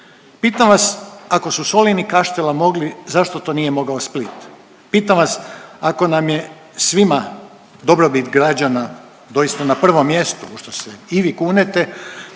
Pitam vas, ako su Solin i Kaštela mogli zašto to nije mogao Split? Pitam vas, ako nam je svima dobrobit građana doista na prvom mjestu u što se i vi kunete,